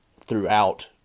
throughout